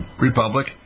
Republic